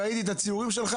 ראיתי את הציורים שלך